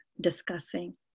discussing